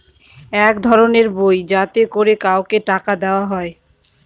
এক ধরনের বই যাতে করে কাউকে টাকা দেয়া হয়